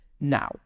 Now